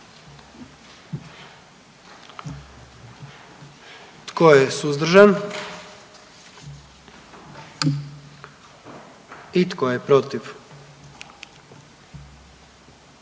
Tko je suzdržan? I tko je protiv?